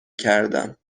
کردم